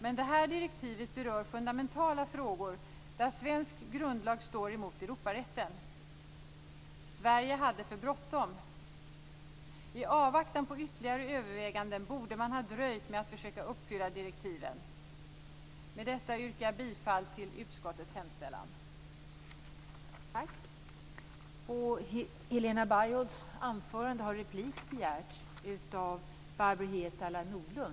Men det här direktivet berör fundamentala frågor, där svensk grundlag står emot Europarätten. Sverige hade för bråttom. I avvaktan på ytterligare överväganden borde man ha dröjt med att försöka uppfylla direktivet. Med detta yrkar jag bifall till utskottets hemställan.